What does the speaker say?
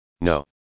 No